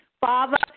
Father